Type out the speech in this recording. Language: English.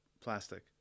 plastic